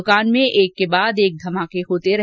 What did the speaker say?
दुकान में एक के बाद एक धमाके होते रहे